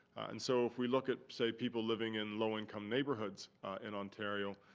and so if we look at, say, people living in low-income neighbourhoods in ontario,